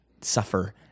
suffer